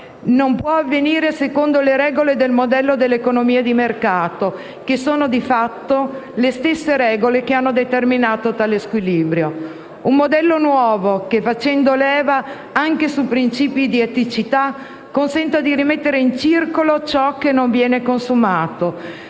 non può avvenire secondo le regole del modello dell'economia di mercato che sono, di fatto, le stesse regole che hanno determinato tale squilibrio. Occorre un modello nuovo che, facendo leva anche su principi di eticità, consenta di rimettere in circolo ciò che non viene consumato,